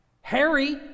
Harry